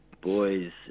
Boys